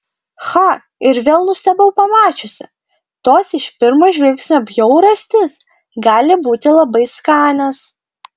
cha ir vėl nustebau pamačiusi tos iš pirmo žvilgsnio bjaurastys gali būti labai skanios